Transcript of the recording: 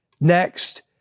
Next